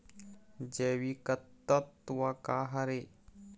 जैविकतत्व का हर ए?